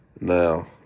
Now